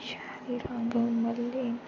शैल ई रंग मलदे